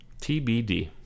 TBD